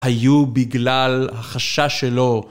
היו בגלל החשש שלו